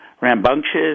rambunctious